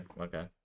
Okay